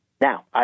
Now